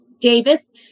Davis